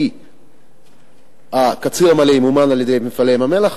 כי הקציר המלא ימומן על-ידי "מפעלי ים-המלח",